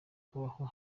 kubaho